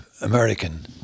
American